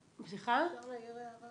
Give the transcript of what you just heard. אפשר להעיר הערה?